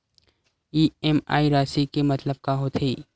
EMI राशि के मतलब का होथे?